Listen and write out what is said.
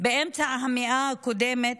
באמצע המאה הקודמת,